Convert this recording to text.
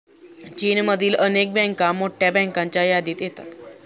चीनमधील अनेक बँका मोठ्या बँकांच्या यादीत येतात